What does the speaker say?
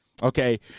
Okay